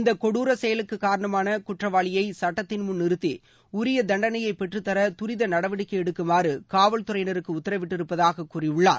இந்தக் கொடூர செயலுக்கு காரணமான குற்றவாளியைசுட்டத்தின் முன் நிறுத்தி உரிய தண்டனையை பெற்றுத்தர துரித நடவடிக்கை எடுக்குமாறு காவல்துறையினருக்கு உத்தரவிட்டிருப்பதாக கூறியுள்ளார்